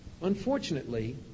Unfortunately